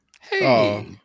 Hey